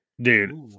dude